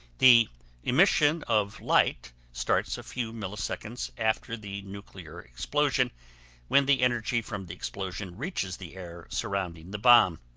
the emission of light starts a few milliseconds after the nuclear explosion when the energy from the explosion reaches the air surrounding the bomb.